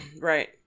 Right